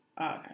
Okay